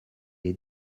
est